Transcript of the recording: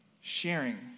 sharing